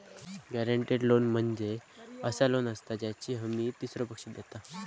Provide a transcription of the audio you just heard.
guaranteed loan म्हणजे असा loan असता ज्याची हमी तीसरो पक्ष देता